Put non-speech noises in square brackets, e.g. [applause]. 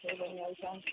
[unintelligible]